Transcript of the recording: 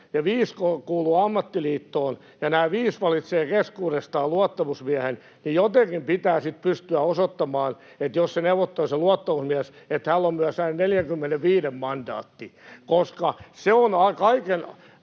ja viisi kuuluu ammattiliittoon ja nämä viisi valitsevat keskuudestaan luottamusmiehen, jotenkin pitää sitten pystyä osoittamaan, että jos se luottamusmies neuvottelee, hänellä on myös näiden 45:n mandaatti, koska se on kaiken